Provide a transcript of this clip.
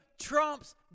trumps